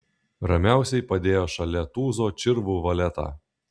ramiausiai padėjo šalia tūzo čirvų valetą